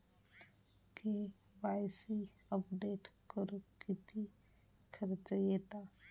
KYC update करुक किती खर्च येता?